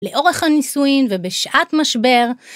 לאורך הנישואין ובשעת משבר...